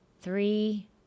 Three